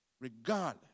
Regardless